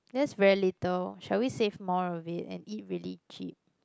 that's very little shall we save more of it and eat really cheap